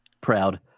proud